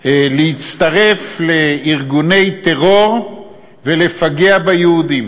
להצטרף לארגוני טרור ולפגע ביהודים.